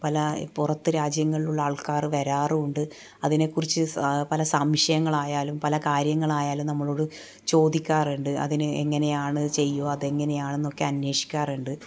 പല പുറത്ത് രാജ്യങ്ങളിലുള്ള ആൾക്കാർ വരാറുണ്ട് അതിനെക്കുറിച്ച് പല സംശയങ്ങളായാലും കാര്യങ്ങളായാലും നമ്മളോട് ചോദിക്കാറുണ്ട് അതിനു എങ്ങനെയാണു ചെയ്യുക അത് എങ്ങനെയാണെന്നൊക്കെ അന്വേഷിക്കാറുണ്ട്